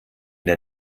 der